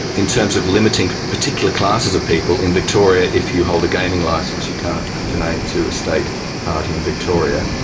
in terms of limiting particular classes of people, in victoria if you hold a gaming licence you can't donate to a state party in victoria.